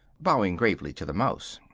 bowing gravely to the mouse.